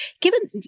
given